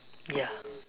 ya